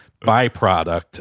byproduct